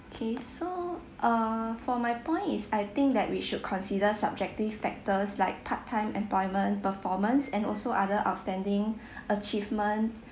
okay so err for my point is I think that we should consider subjective factors like part time employment performance and also other outstanding achievement